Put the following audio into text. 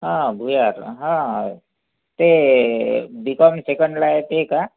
भुयार ते बीकॉम सेकंडला आहे ते का